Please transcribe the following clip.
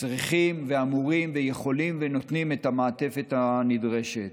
צריכים ואמורים ויכולים ונותנים את המעטפת הנדרשת.